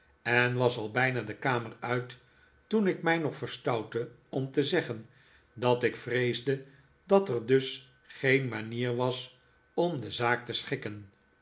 en was al bijna de kamer uit toen ik mij nog verstoutte om te zeggen dat ik vreesde dat er dus geen manier was om de zaak te schikken